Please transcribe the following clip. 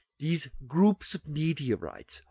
these groups of meteorites,